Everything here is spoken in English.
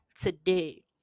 today